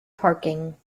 parking